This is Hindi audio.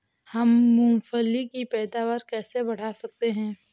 हम मूंगफली की पैदावार कैसे बढ़ा सकते हैं?